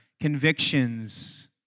convictions